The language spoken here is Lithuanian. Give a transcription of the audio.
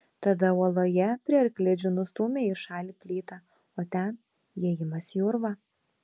tada uoloje prie arklidžių nustūmė į šalį plytą o ten įėjimas į urvą